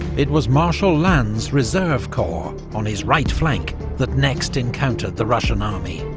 it was marshal lannes' reserve corps, on his right flank, that next encountered the russian army,